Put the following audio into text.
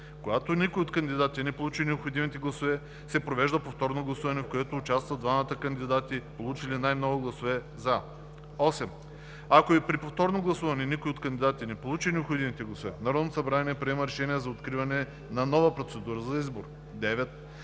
Когато никой от кандидатите не получи необходимите гласове, се провежда повторно гласуване, в което участват двамата кандидати, получили най-много гласове „за“. 8. Ако и при повторното гласуване никой от кандидатите не получи необходимите гласове, Народното събрание приема решение за откриване на нова процедура за избор. 9.